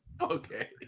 okay